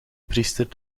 priester